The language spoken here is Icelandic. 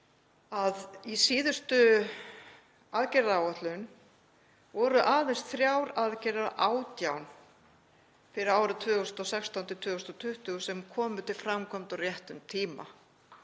í síðustu aðgerðaáætlun voru aðeins þrjár aðgerðir af 18 fyrir árin 2016–2020 sem komu til framkvæmda á réttum tíma.